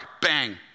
bang